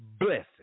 blessing